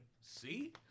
See